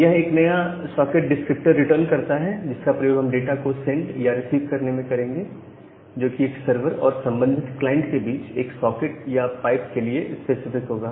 यह एक नया सॉकेट डिस्क्रिप्टर रिटर्न करता है जिसका प्रयोग हम डाटा को सेंड या रिसीव करने में करेंगे जो कि एक सर्वर और संबंधित क्लाइंट के बीच एक सॉकेट या पाइप के लिए स्पेसिफिक होगा